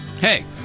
Hey